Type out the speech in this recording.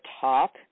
talk